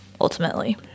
ultimately